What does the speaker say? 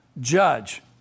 judge